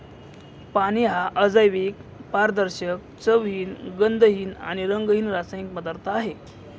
पाणी हा अजैविक, पारदर्शक, चवहीन, गंधहीन आणि रंगहीन रासायनिक पदार्थ आहे